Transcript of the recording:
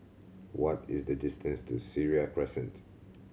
what is the distance to Seraya Crescent